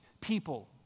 people